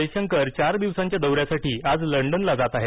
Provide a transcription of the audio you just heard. जयशंकर चार दिवसांच्या दौऱ्यासाठी आज लंडनला जात आहेत